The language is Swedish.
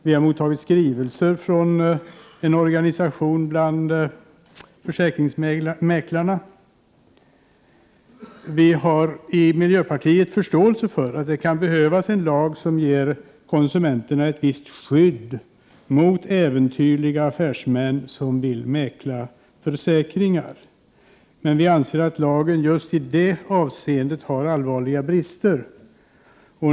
Vi har mottagit skrivelser från en organisation bland försäkringsmäklarna. Vi har i miljöpartiet förståelse för att det kan behövas en lag som ger konsumenten ett visst skydd mot äventyrliga affärsmän som vill mäkla försäkringar, men vi anser att den föreslagna lagen i just det avseendet har allvarliga brister.